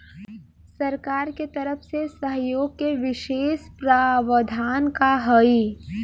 सरकार के तरफ से सहयोग के विशेष प्रावधान का हई?